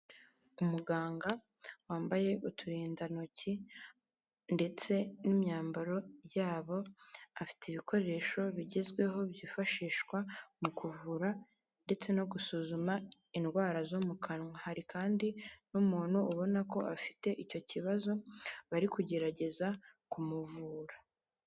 Umuganga wambaye uturindantoki, ndetse n'imyambaro yabo, afite ibikoresho bigezweho byifashishwa mu kuvura ndetse no gusuzuma indwara zo mu kanwa, hari kandi n'umuntu ubona ko afite icyo kibazo, bari kugerageza kumuvura.